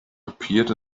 appeared